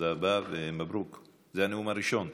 תודה רבה, מברוכ, זה הנאום הראשון.